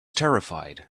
terrified